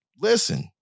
listen